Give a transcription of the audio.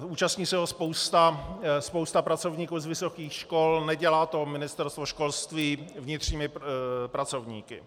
Účastní se ho spousta pracovníků z vysokých škol, nedělá to Ministerstvo školství vnitřními pracovníky.